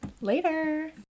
Later